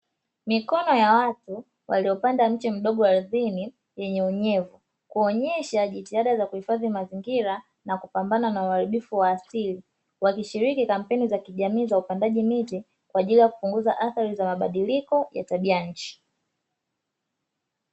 Mikono ya watu waliopanda mche mdogo ardhini wenye unyevu kuonyesha jitihada za kuhifadhi mazingira na kupambana na uharibifu wa asili, wakishiriki kampeni za kijamii za upandaji miti kwa ajili ya kupunguza athari za mabadiliko ya tabianchi.